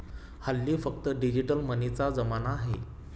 हल्ली फक्त डिजिटल मनीचा जमाना आहे